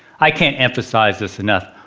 i can't emphasize this enough.